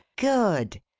good!